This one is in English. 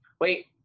wait